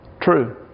true